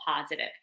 positive